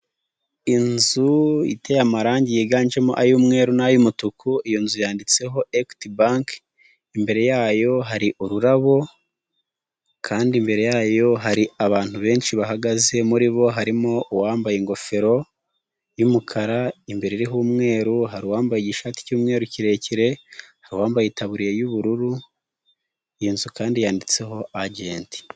Inzu iteye amarangi yiganjemo ay'umweru n'ay'umutuku, iyo nzu yanditseho EQUITY BANK, imbere yayo hari ururabo, kandi imbere yayo hari abantu benshi bahagaze, muri bo harimo uwambaye ingofero y'umukara imbereho'umweru, hari uwambaye igishati cy'umweru kirekire hakaba hari uwambaye itaburiye y'ubururu, iyi nzu kandi yanditseho agent.